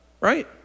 right